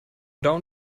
down